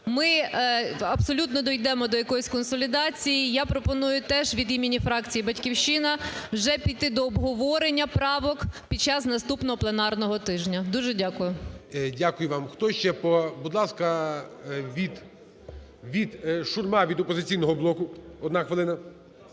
ми абсолютно дійдемо до якоїсь консолідації. Я пропоную теж від імені фракції "Батьківщина" вже піти до обговорення правок під час наступного пленарного тижня. Дуже дякую. ГОЛОВУЮЧИЙ. Дякую вам. Хто ще? Будь ласка, Шурма від "Опозиційного блоку", одна хвилина.